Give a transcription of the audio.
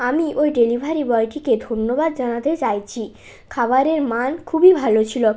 আমি ওই ডেলিভারি বয়টিকে ধন্যবাদ জানাতে চাইছি খাবারের মান খুবই ভালো ছিল